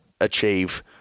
achieve